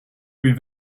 been